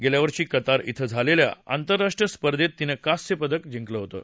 गेल्या वर्षी कतार इथं झालेल्या आंतरराष्ट्रीय स्पर्धेत तिनं कांस्य पदक जिंकलं होतं